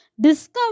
Discover